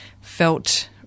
felt